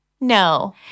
No